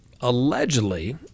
allegedly